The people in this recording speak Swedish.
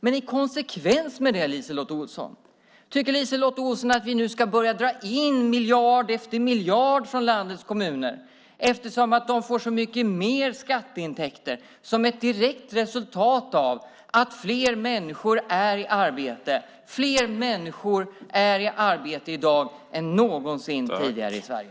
Men i konsekvens med det, LiseLotte Olsson, undrar jag: Tycker LiseLotte Olsson att vi nu ska börja dra in miljard efter miljard från landets kommuner, eftersom de får så mycket mer skatteintäkter som ett direkt resultat av att fler människor är i arbete? Fler människor är i arbete i dag än någonsin tidigare i Sverige.